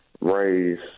raise